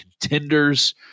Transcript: contenders